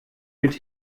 mit